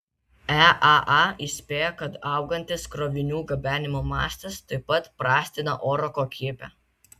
eaa įspėja kad augantis krovinių gabenimo mastas taip pat prastina oro kokybę